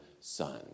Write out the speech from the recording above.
son